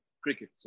cricket